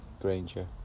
Granger